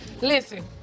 Listen